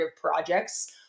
projects